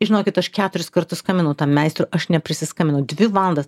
žinokit aš keturis kartus skambinau tam meistrui aš neprisiskambinau dvi valandas